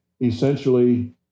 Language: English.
essentially